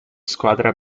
squadra